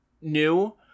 new